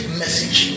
message